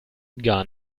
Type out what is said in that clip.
gar